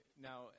now